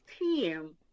team